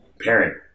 parent